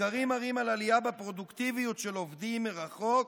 מחקרים מראים על עלייה בפרודוקטיביות של עובדים מרחוק,